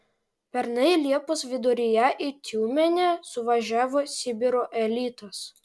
pernai liepos viduryje į tiumenę suvažiavo sibiro elitas